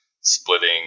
splitting